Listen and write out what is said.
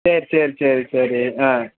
சரி சரி சரி சரி ஆ